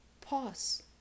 pause